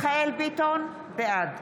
מיכאל מרדכי ביטון, בעד